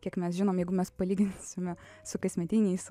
kiek mes žinom jeigu mes palyginsime su kasmetiniais